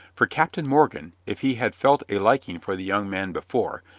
for captain morgan, if he had felt a liking for the young man before,